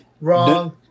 Wrong